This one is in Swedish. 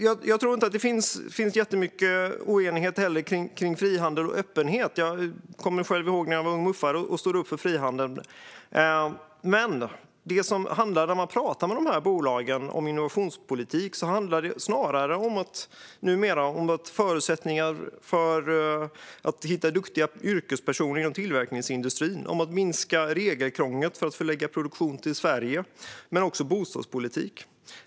Jag tror inte att det finns särskilt mycket oenighet kring frihandel och öppenhet - jag kommer ihåg när jag själv var ung MUF:are och stod upp för frihandeln - men när man pratar med de här bolagen om innovationspolitik handlar det numera snarare om förutsättningar att hitta duktiga yrkespersoner inom tillverkningsindustrin, om att minska regelkrånglet för att förlägga produktion till Sverige och om bostadspolitik.